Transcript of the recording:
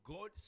God